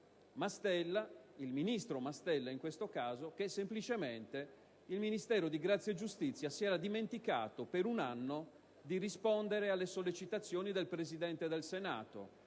ministro Mastella, semplicemente il Ministero della giustizia si era dimenticato per un anno di rispondere alle sollecitazioni del Presidente del Senato.